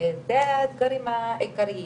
וזה הדברים העיקריים.